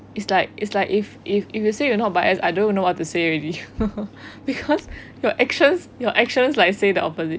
it's like it's like if if if you say you're not biased I don't even know what to say already because your actions like say the opposite